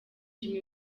jimmy